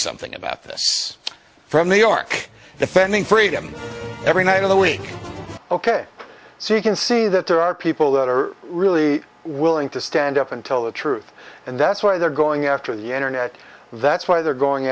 something about this from new york defending freedom every night of the week ok so you can see that there are people that are really willing to stand up and tell the truth and that's why they're going after the internet that's why they're going